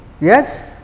Yes